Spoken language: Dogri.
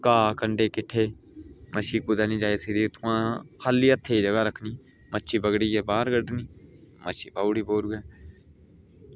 घाऽ कंडे किट्ठे मच्छी कुदै निं जाई सकदी इत्थुआं खाल्ली हत्थै ई जगह रक्खनी मच्छी पकड़ियै बाहर कड्ढनी मच्छी पाई ओड़ी बोरूऐ